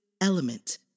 element